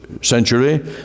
century